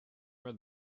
read